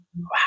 Wow